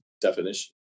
definition